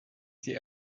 the